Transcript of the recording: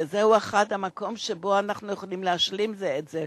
וזה אחד המקומות שבהם אנחנו יכולים להשלים אלה את אלה.